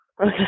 Okay